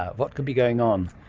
what could be going on?